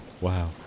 Wow